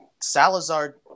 Salazar